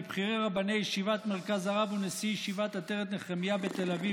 מבכירי רבני ישיבת מרכז הרב ונשיא ישיבת עטרת נחמיה בתל אביב,